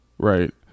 Right